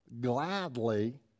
gladly